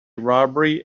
robbery